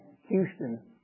Houston